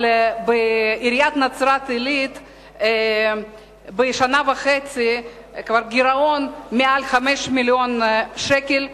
אבל בעיריית נצרת-עילית בשנה וחצי הגירעון הוא כבר מעל 5 מיליוני שקל.